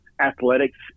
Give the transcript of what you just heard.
athletics